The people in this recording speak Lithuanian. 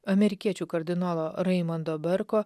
amerikiečių kardinolo raimondo berko